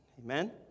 Amen